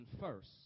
first